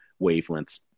wavelengths